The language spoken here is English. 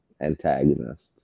antagonist